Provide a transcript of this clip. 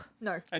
no